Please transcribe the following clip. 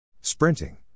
Sprinting